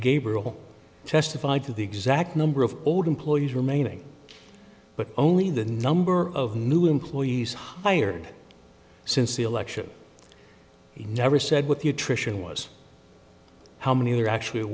gabriel testified to the exact number of old employees remaining but only the number of new employees hired since the election he never said what the attrition was how many there actually